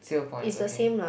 seal points okay